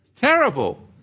Terrible